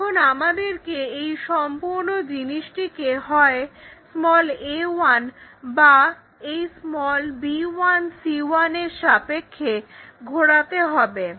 এখন আমাদেরকে এই সম্পূর্ণ জিনিসটিকে হয় a1 বা এই b1 c1 এর সাপেক্ষে ঘোরাতে হবে